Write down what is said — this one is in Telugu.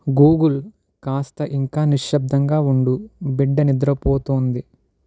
గూగుల్ కాస్త ఇంకా నిశ్శబ్దంగా ఉండు బిడ్డ నిద్రపోతోంది